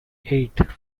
eight